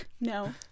No